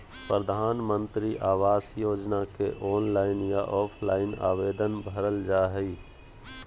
प्रधानमंत्री आवास योजना के ऑनलाइन या ऑफलाइन आवेदन भरल जा हइ